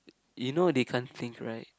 you know they can't think right